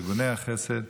לארגוני החסד,